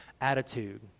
attitude